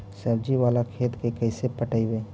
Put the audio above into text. सब्जी बाला खेत के कैसे पटइबै?